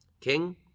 king